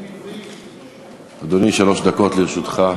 אדוני, שלוש דקות לרשותך.